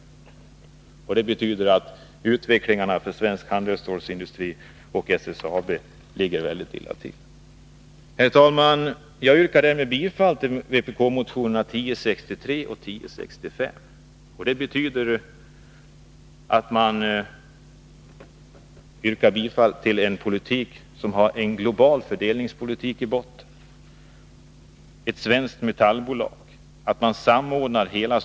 Det betyder att utvecklingen för svensk handelsstålsindustri och SSAB ligger väldigt illa till. Herr talman! Jag yrkar därmed bifall till vpk-motionerna 1063 och 1065. Det innebär bifall till en politik som har en global fördelningspolitik i botten, att hela stålindustrin samordnas i ett svenskt metallbolag.